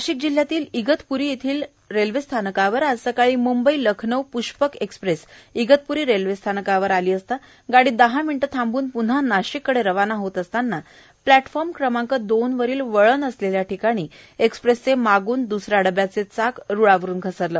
नाशिक जिल्ह्यातील इगतपुरी येथील रेल्वे स्थानकावर आज सकाळी मुंबई लखनऊ पुष्पक एक्सप्रेस इगतपूरी रेल्वे स्थानकावर आली असता गाडी दहा मिनिटे थांबून पृन्हा नाशिककडे रवाना होत असताना प्लॅटफॉर्म क्रमांक दोन वरील वळण असलेल्या ठिकाणी एक्सप्रेसचे मागून दुसरा डब्याचे चाक रुळावरुन घसरले